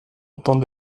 autant